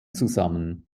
zusammen